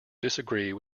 disagreed